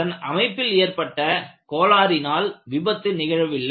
அதன் அமைப்பில் ஏற்பட்ட கோளாறினால் விபத்து நிகழவில்லை